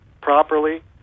properly